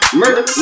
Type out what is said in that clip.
murder